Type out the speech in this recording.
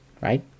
right